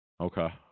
okay